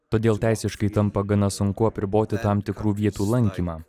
todėl teisiškai tampa gana sunku apriboti tam tikrų vietų lankymą